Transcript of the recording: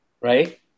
right